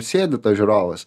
sėdi tas žiūrovas